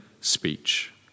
speech